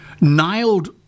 nailed